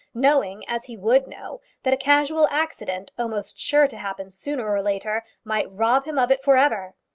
knowing, as he would know, that a casual accident, almost sure to happen sooner or later, might rob him of it for ever?